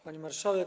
Pani Marszałek!